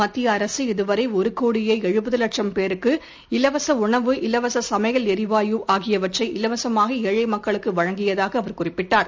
மத்திய அரசு இது வரை ஒரு கோடியே எழுபது லட்சும் பேருக்கு இலவச உணவு இலவச சமையல் எரிவாயு ஆகியவற்றை இலவசமாக ஏழை மக்களுக்கு வழங்கியதாக அவர் குறிப்பிட்டார்